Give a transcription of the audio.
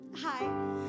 Hi